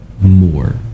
more